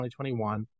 2021